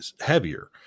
heavier